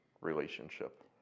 relationship